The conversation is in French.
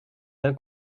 d’un